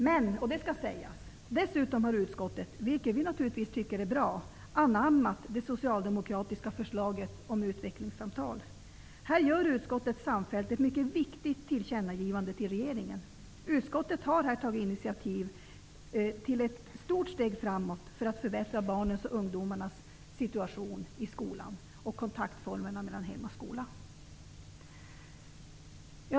Men utskottet har dessutom, vilket vi naturligtvis tycker är bra, anammat det socialdemokratiska förslaget om utvecklingssamtal. Här gör utskottet samfällt ett mycket viktigt tillkännagivande till regeringen. Utskottet har här tagit initiativ till ett stort steg framåt för att förbättra barnens och ungdomarnas situation i skolan och kontaktformerna mellan hem och skola.